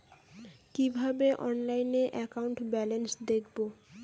কিভাবে অনলাইনে account balance দেখবো?